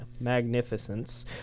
magnificence